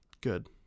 Good